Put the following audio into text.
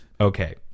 Okay